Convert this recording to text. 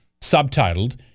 subtitled